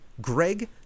Greg